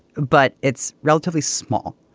but it's relatively small.